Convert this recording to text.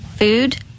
Food